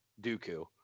Dooku